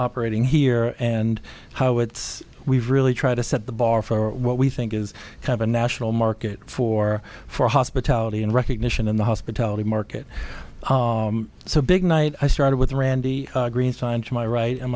operating here and how it's we really try to set the bar for what we think is kind of a national market for for hospitality and recognition in the hospitality market so big night i started with randy green signed to my right and